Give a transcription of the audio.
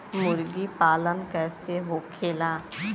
मुर्गी पालन कैसे होखेला?